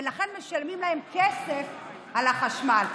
ולכן משלמים להם כסף על החשמל.